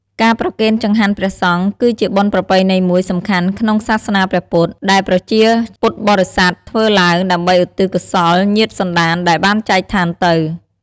ការប្រគេនចង្ហាន់ព្រះសង្ឃ គឺជាបុណ្យប្រពៃណីមួយសំខាន់ក្នុងសាសនាព្រះពុទ្ធ ដែលប្រជាពុទ្ធបរិស័ទធ្វើឡើងដើម្បីឧទ្ទិសកុសលញាតិសន្តានដែលបានចែកឋានទៅ។